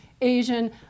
Asian